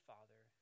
Father